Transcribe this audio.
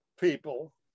people